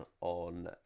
on